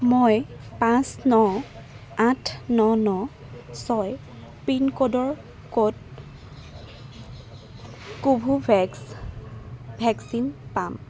মই পাঁচ ন আঠ ন ন ছয় পিনক'ডৰ ক'ত কোভোভেক্স ভেকচিন পাম